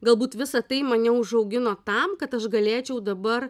galbūt visa tai mane užaugino tam kad aš galėčiau dabar